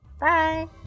Bye